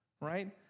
right